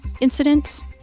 incidents